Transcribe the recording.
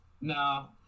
No